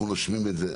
אנחנו נושמים את זה.